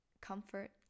comfort